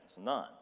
None